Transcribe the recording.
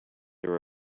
there